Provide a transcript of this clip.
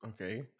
okay